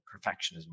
perfectionism